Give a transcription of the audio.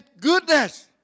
goodness